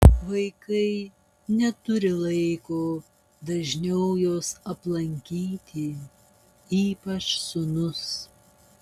vaikai neturi laiko dažniau jos aplankyti ypač sūnus